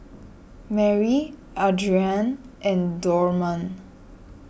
Marry Adrianne and Dorman